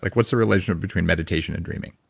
like what's the relationship between meditation and dreaming?